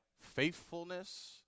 faithfulness